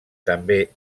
també